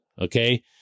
okay